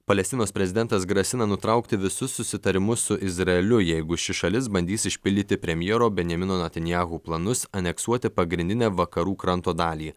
palestinos prezidentas grasina nutraukti visus susitarimus su izraeliu jeigu ši šalis bandys išpildyti premjero benjamino netanyahu planus aneksuoti pagrindinę vakarų kranto dalį